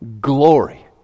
glory